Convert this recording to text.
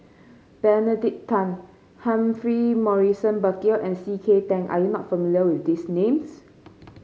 Benedict Tan Humphrey Morrison Burkill and C K Tang are you not familiar with these names